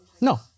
no